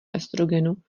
estrogenu